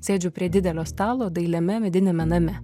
sėdžiu prie didelio stalo dailiame mediniame name